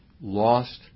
lost